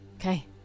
okay